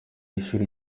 ishuri